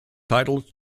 titled